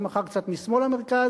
ומחר קצת משמאל למרכז,